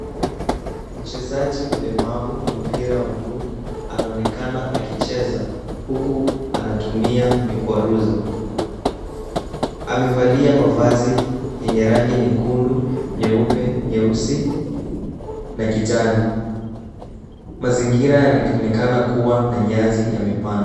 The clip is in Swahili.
Mchezaji mlemavu wa mpira wa mguu anaonekana akicheza huku anatumia mikwaruzo. Amevalia mavazi yenye rangi nyekundu, nyeupe, nyeusi na kijani. Mazingira yanaonekana kuwa na nyasi yamepandwa.